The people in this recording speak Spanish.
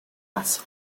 mazo